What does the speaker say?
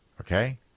Okay